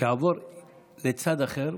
שיעבור לצד אחר,